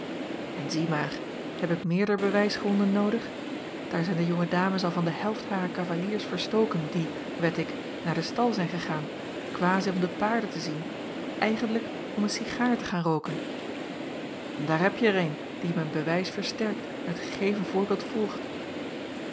n zie maar heb ik meerdere bewijsgronden noodig aar zijn de jonge dames al van de helft harer cavaliers verstoken die wed ik naar den stal zijn gegaan quasi om de paarden te zien maar eigentlijk om een cigaar te gaan rooken acob van ennep laasje evenster delen en daar hebje er een die mijn bewijs versterkt en t gegeven voorbeeld volgt